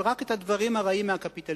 אבל רק את הדברים הרעים מהקפיטליזם,